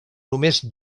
només